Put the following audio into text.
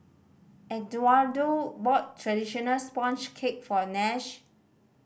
Eduardo bought traditional sponge cake for Nash